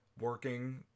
working